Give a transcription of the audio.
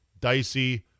dicey